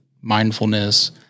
mindfulness